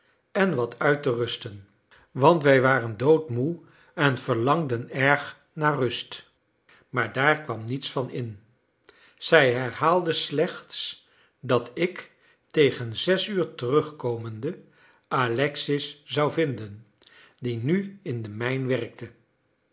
en wat uit te rusten want wij waren doodmoe en verlangden erg naar rust maar daar kwam niets van in zij herhaalde slechts dat ik tegen zes uur terugkomende alexis zou vinden die nu in de mijn werkte